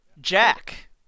Jack